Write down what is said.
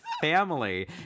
family